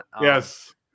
Yes